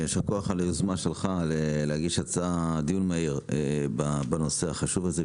יישר כוח על היוזמה שלך להגיש הצעה דיון מהיר בנושא החשוב הזה,